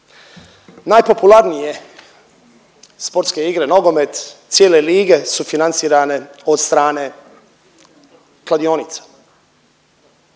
najpopularnije sportske igre, nogomet, cijele lige su financirane od strane kladionica,